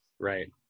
Right